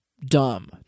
dumb